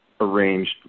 arranged